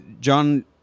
John